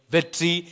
Victory